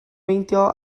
meindio